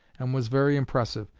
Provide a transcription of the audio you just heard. and was very impressive,